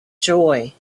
joy